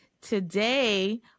Today